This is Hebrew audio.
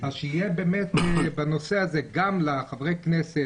אז שיהיה בנושא הזה גם לחברי הכנסת